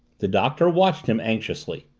the doctor watched him anxiously.